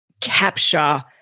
capture